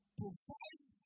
provide